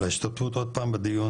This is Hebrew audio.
על ההשתתפות עוד פעם בדיון,